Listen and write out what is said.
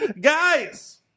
Guys